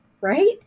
Right